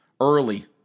early